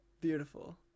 Beautiful